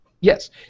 yes